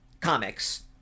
comics